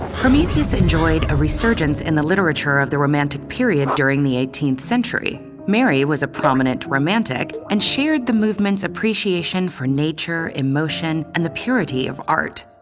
prometheus enjoyed a resurgence in the literature of the romantic period during the eighteenth century. mary was a prominent romantic, and shared the movement's appreciation for nature, emotion, and the purity of art.